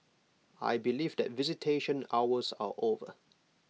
I believe that visitation hours are over